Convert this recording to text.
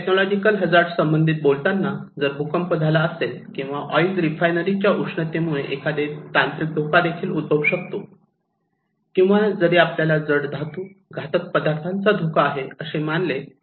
technological hazard संबंधी बोलताना जर भूकंप झाला असेल किंवा ऑइल रिफायनरी च्या उष्णतेमुळे एखादे तांत्रिक धोका देखील उद्भवू शकतो किंवा जरी आपल्याला जड धातू घातक पदार्थांचा धोका आहे असे मानले पाहिजे